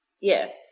yes